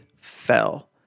fell